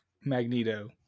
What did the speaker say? magneto